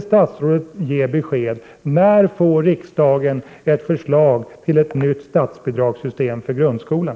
Statsrådet måste ge besked om när riksdagen får ett förslag till ett nytt statsbidragssystem för grundskolan.